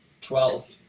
Twelve